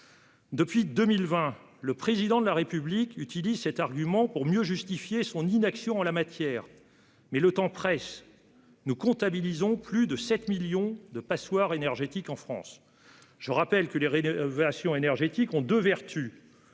Depuis 2020, le Président de la République utilise cet argument pour mieux justifier son inaction en la matière, mais le temps presse : nous comptabilisons plus de 7 millions de passoires énergétiques en France. Je rappelle que les rénovations énergétiques ont deux vertus